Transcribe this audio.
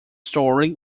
story